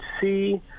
see